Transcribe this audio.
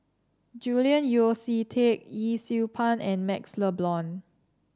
Julian Yeo See Teck Yee Siew Pun and MaxLe Blond